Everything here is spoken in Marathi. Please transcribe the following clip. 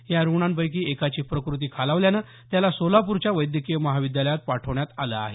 या रूग्णांपैकी एकाची प्रकृती खालावल्याने त्याला सोलापूरच्या वैद्यकीय महाविद्यालयात पाठवण्यात आलं आहे